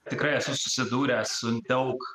tikrai esu susidūręs su daug